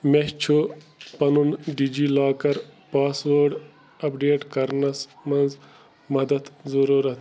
مےٚ چھُ پنُن DigiLocker password update کرنَس منٛز مدد ضروٗرت